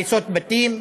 הריסות בתים,